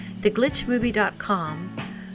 theglitchmovie.com